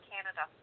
Canada